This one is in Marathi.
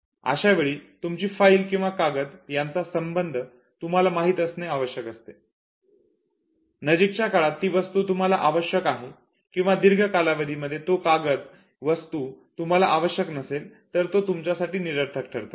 अशावेळी तुमची फाईल किंवा कागद यांचा संबंध तुम्हाला माहित असणे आवश्यक असते नजीकच्या काळात ती वस्तू तुम्हाला आवश्यक आहे किंवा दीर्घ कालावधीमध्ये तो कागद वस्तू तुम्हाला आवश्यक नसेल तर तो तुमच्यासाठी निरर्थक ठरतो